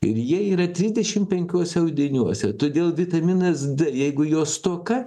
ir jie yra trisdešim penkiuose audiniuose ir todėl vitaminas d jeigu jo stoka